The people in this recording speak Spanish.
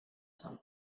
san